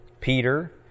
Peter